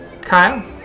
Kyle